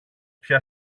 πια